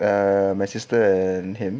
uh my sister and him